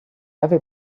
every